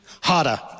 harder